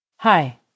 Hi